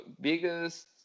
biggest